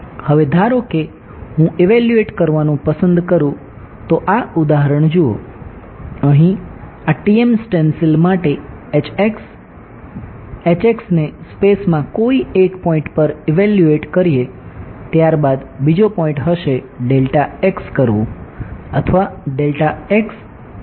હવે ધારો કે હું ઇવેલ્યુએટ માટે ને સ્પેસ હશે કરવું અથવા કરવું બાદમાં